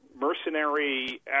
mercenary